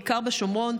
בעיקר בשומרון,